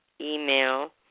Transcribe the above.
email